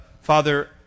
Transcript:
Father